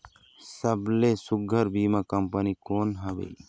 सबले सुघ्घर बीमा कंपनी कोन हवे?